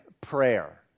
prayer